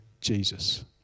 Jesus